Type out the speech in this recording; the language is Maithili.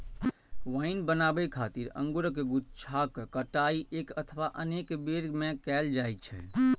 वाइन बनाबै खातिर अंगूरक गुच्छाक कटाइ एक अथवा अनेक बेर मे कैल जाइ छै